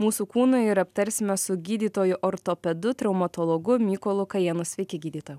mūsų kūnui ir aptarsime su gydytoju ortopedu traumatologu mykolu kajėnu sveiki gydytojau